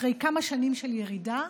אחרי כמה שנים של ירידה,